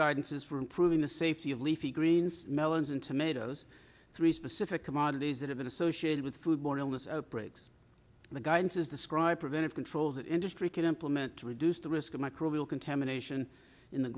guidance is for improving the safety of leafy greens melons and tomatoes three specific commodities that have been associated with food borne illness breaks the guidance is described preventive controls that industry can implement to reduce the risk of microbial contamination in the